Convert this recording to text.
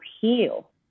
heal